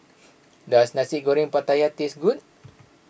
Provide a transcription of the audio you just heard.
does Nasi Goreng Pattaya taste good